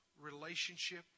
relationship